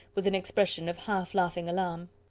with an expression of half-laughing alarm.